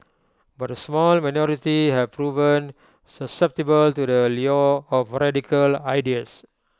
but A small minority have proven susceptible to the lure of radical ideas